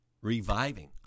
reviving